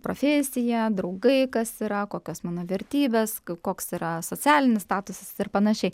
profesija draugai kas yra kokios mano vertybės koks yra socialinis statusas ir panašiai